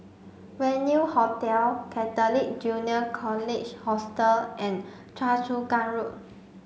Venue Hotel Catholic Junior College Hostel and Choa Chu Kang Road